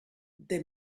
they